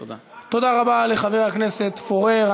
תודה רבה לחבר הכנסת פורר.